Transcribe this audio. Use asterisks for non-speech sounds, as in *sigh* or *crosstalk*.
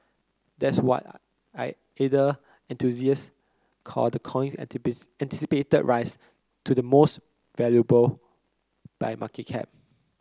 that's what *unintelligible* ether enthusiasts call the coin *unintelligible* anticipated rise to the most valuable by market cap